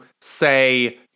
say